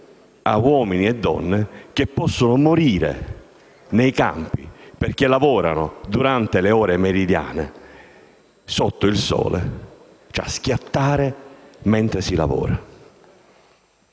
a uomini e donne che possono morire nei campi perché lavorano durante le ore meridiane sotto il sole, che "schiattano" mentre lavorano.